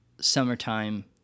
summertime